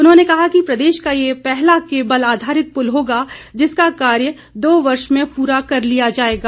उन्होंने कहा कि प्रदेश का ये पहला केबल आधारित पुल होगा जिसका कार्य दो वर्ष में पूरा कर लिया जाएगा